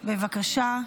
בבקשה.